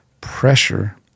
pressure